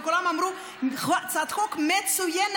וכולם אמרו: הצעת חוק מצוינת.